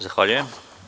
Zahvaljujem.